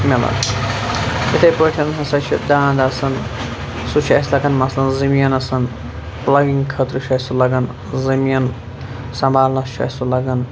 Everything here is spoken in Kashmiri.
مِلان اتھٕے پٲٹھۍ ہسا چھِ دانٛد آسان سُہ چھ اسہِ لگان مثلن زٔمیٖنسن پٕلگنٛگ خٲطرٕ چھُ اسہِ لگان زٔمیٖن سنٛبھالنس چھُ اسہِ سُہ لگان